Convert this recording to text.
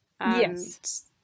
Yes